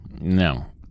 No